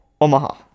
Omaha